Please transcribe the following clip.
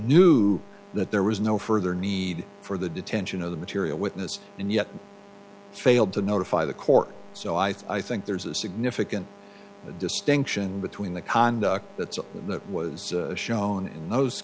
knew that there was no further need for the detention of the material witness and yet failed to notify the court so i think there's a significant distinction between the conduct that's all that was shown in